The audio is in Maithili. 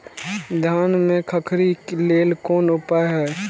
धान में खखरी लेल कोन उपाय हय?